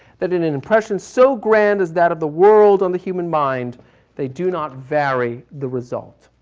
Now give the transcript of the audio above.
that an an impression so grand as that of the world on the human mind they do not vary the result.